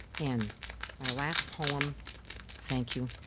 and my last poem thank you